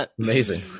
Amazing